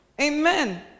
Amen